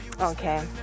Okay